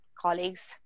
colleagues